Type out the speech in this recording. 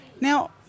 Now